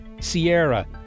Sierra